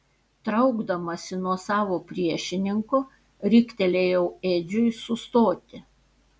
traukdamasi nuo savo priešininko riktelėjau edžiui sustoti